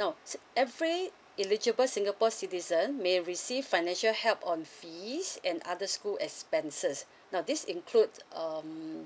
now every eligible singapore citizen may receive financial help on fees and other school expenses now this include um